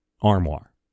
armoire